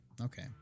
Okay